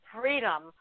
freedom